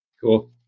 Cool